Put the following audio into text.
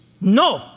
No